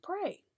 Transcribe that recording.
pray